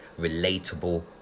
relatable